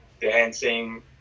dancing